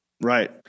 right